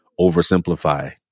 oversimplify